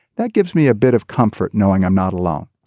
that gives me a bit of comfort knowing i'm not alone.